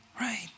right